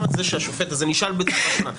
אני אשאל בצורה שונה.